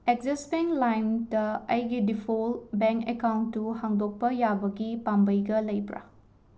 Axis bank ꯂꯥꯏꯝꯇ ꯑꯩꯒꯤ default bank ꯑꯦꯀꯥꯨꯟꯠꯇꯨ ꯍꯥꯡꯗꯣꯛꯄ ꯌꯥꯕꯒꯤ ꯄꯥꯝꯕꯩꯒ ꯂꯩꯕ꯭ꯔꯥ